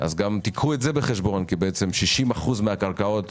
תיקחו בחשבון שעל 60% מהקרקעות